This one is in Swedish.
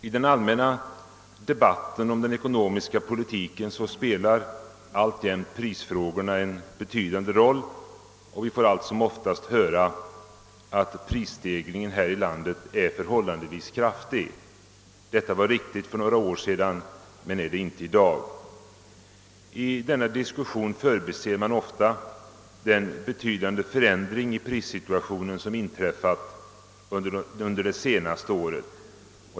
I den allmänna debatten om den ekonomiska politiken spelar alltjämt prisfrågorna en betydande roll. Vi får allt som oftast höra att prisstegringen här i landet är förhållandevis kraftig. Ett sådant påstående var riktigt för några år sedan men är det inte i dag. I denna diskussion förbiser man ofta den betydande förändring av prissituationen som inträffat under det senaste året.